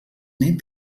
net